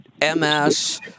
MS